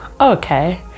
okay